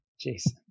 Jason